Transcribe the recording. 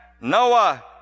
Noah